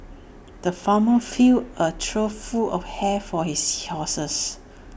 the farmer filled A trough full of hay for his horses